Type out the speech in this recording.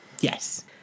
Yes